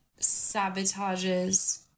sabotages